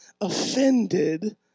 offended